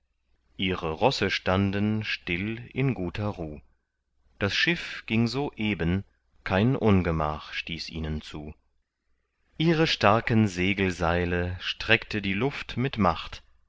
ihre rosse standen still in guter ruh das schiff ging so eben kein ungemach stieß ihnen zu ihre starken segelseile streckte die luft mit macht